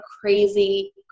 crazy